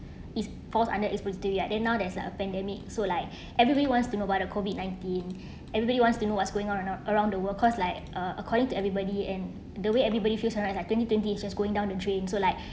it falls under expository right then now there's a pandemic so like everybody wants to know about the COVID nineteen everybody wants to know what's going or not around the world cause like uh according to everybody and the way everybody feels alright like twenty twenty is going down the drain so like